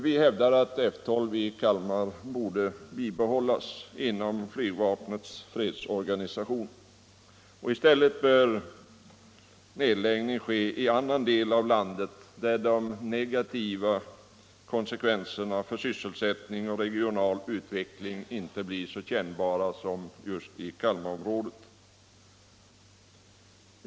Vi hävdar att F 12 i Kalmar borde bibehållas inom flygvapnets fredsorganisation. I stället bör nedläggning ske i annan del av landet, där de negativa konsekvenserna för sysselsättning och regional utveckling inte blir så kännbara som just i Kalmarområdet.